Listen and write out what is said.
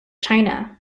china